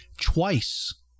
twice